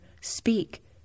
speak